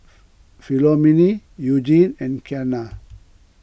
Philomene Eugenie and Kianna